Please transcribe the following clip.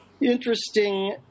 interesting